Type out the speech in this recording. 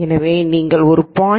எனவே நீங்கள் ஒரு 0